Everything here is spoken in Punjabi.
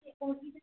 ਤੇ ਉਹੀ